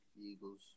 Eagles